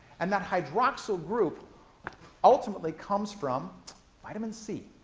and that hydroxyl group ultimately comes from vitamin c.